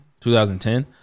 2010